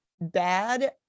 bad